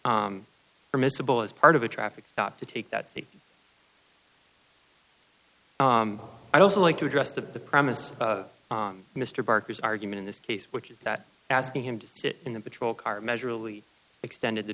permissible as part of a traffic stop to take that seat i'd also like to address the premise mr barker's argument in this case which is that asking him to sit in the patrol car measurably extended the